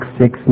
six